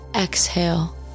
Exhale